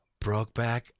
Brokeback